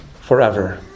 forever